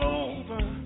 over